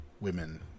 women